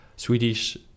Swedish